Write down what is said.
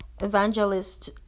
evangelist